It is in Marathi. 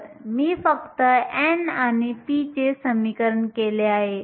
तर मी फक्त n आणि p चे समीकरण केले आहे